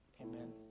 amen